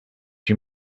you